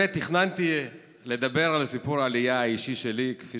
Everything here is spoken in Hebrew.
תכננתי לדבר על סיפור העלייה האישי שלי, כפי